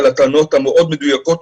על הטענות המאוד מדויקות,